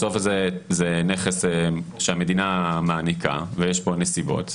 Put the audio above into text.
בסוף זה נכס שהמדינה מעניקה ויש פה נסיבות.